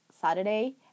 saturday